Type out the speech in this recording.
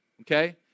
Okay